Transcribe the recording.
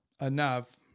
enough